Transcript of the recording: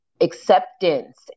acceptance